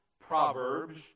Proverbs